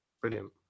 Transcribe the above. brilliant